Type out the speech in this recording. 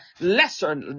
lesser